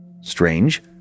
Strange